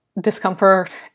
discomfort